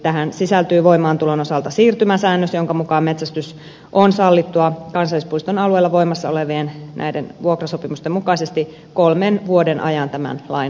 tähän sisältyy voimaantulon osalta siirtymäsäännös jonka mukaan metsästys on sallittua kansallispuiston alueella näiden voimassa olevien vuokrasopimusten mukaisesti kolmen vuoden ajan tämän lain voimaantulosta